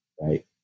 right